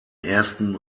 ersten